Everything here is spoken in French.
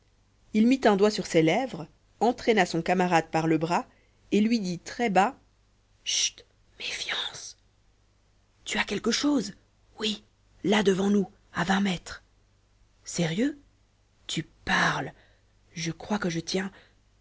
il mit un doigt sur ses lèvres entraîna son camarade par le bras et lui dit très bas chut méfiance tu as quelque chose oui là devant nous à vingt mètres sérieux tu parles je crois que je tiens